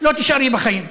לא תישארי בחיים.